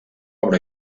obra